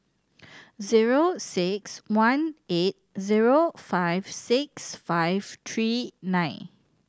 zero six one eight zero five six five three nine